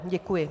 Děkuji.